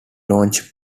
launched